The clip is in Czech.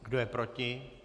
Kdo je proti?